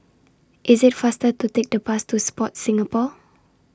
IS IT faster to Take The Bus to Sport Singapore